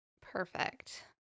perfect